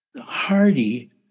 hardy